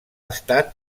estat